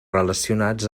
relacionats